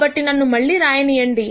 కాబట్టి నన్ను మళ్ళీ రాయనీయండి